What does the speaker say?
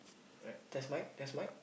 alright test mic test mic